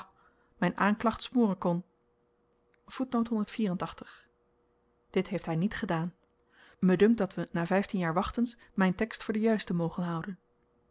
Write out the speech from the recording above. m'n aanklacht smoren kon dit heeft hy niet gedaan my dunkt dat we na vyftien jaar wachtens myn tekst voor den juisten mogen houden